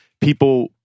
people